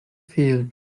fehlen